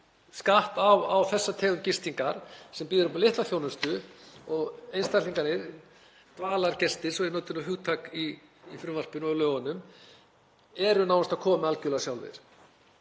skatt á þessa tegund gistingar sem býður upp á litla þjónustu og einstaklingarnir, dvalargestir, svo ég noti hugtakið í frumvarpinu og í lögunum, eru nánast að koma með hana algjörlega sjálfir.